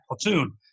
platoon